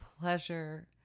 pleasure